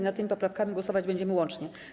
Nad tymi poprawkami głosować będziemy łącznie.